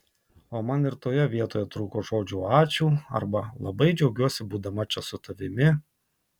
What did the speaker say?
o man ir toje vietoje trūko žodžių ačiū arba labai džiaugiuosi būdama čia su tavimi